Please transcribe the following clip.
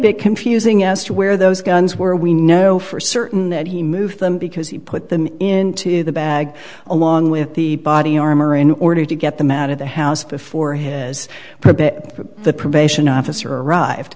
bit confusing as to where those guns were we know for certain that he moved them because he put them into the bag along with the body armor in order to get them out of the house before his the probation officer arrived